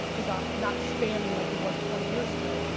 is um not spammy like it was twenty years ago,